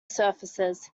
surfaces